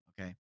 okay